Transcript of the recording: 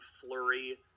Flurry